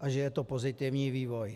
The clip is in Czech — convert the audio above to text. a že je to pozitivní vývoj.